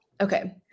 Okay